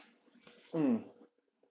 mm